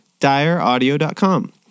direaudio.com